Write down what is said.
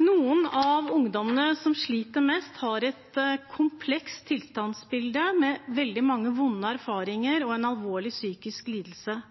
Noen av ungdommene som sliter mest, har et komplekst tilstandsbilde med veldig mange vonde erfaringer og en